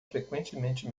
frequentemente